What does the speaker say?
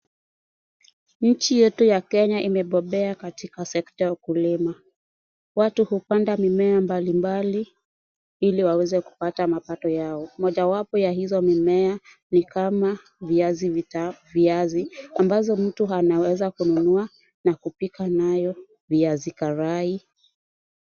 Nchi yetu ya Kenya imebobea katika sekta ya ukulima, watu hupanda mimea mbalimbali ili waweze kupata mapato yao. Moja wapo ya hizo mimea ni viazi vitamu, viazi ambazo mtu anaweza kununua na kupika nayo viazi karai.